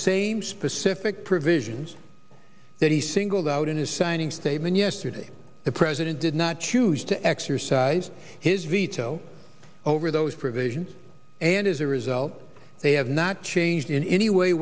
same specific provisions that he singled out in his signing statement yesterday the president did not choose to exercise his veto over those provisions and as a result they have not changed in any way